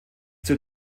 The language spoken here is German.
zur